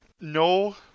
no